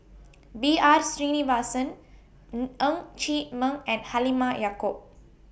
B R Sreenivasan Ng Chee Meng and Halimah Yacob